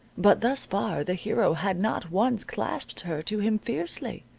but thus far the hero had not once clasped her to him fiercely,